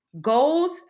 Goals